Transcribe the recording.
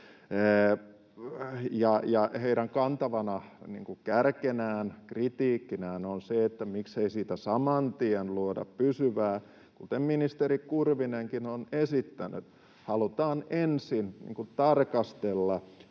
Heidän kantavana kärkenään, kritiikkinään on se, että miksei siitä saman tien luoda pysyvää. Kuten ministeri Kurvinenkin on esittänyt, halutaan ensin tarkastella